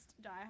Die